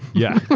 yeah,